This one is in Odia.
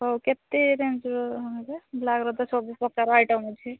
ହଉ କେତେ ରେଞ୍ଜ୍ ର ନେବେ ବ୍ଲାକ୍ ର ତ ସବୁପ୍ରକାର ଆଇଟମ୍ ଅଛି